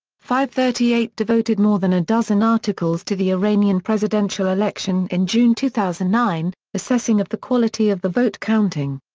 fivethirtyeight devoted more than a dozen articles to the iranian presidential election in june two thousand and nine, assessing of the quality of the vote counting.